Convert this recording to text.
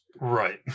Right